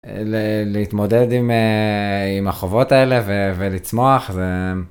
להתמודד עם החובות האלה ולצמוח.